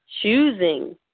Choosing